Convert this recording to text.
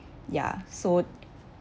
ya so